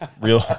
Real